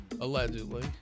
allegedly